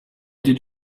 did